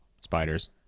spiders